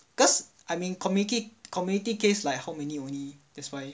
cause I mean communi~ community case like how many only that's why